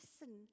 listen